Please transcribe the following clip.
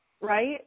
Right